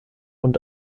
und